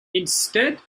instead